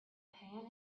pan